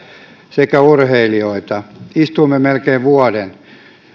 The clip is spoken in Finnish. sekä urheilijoita istuimme melkein vuoden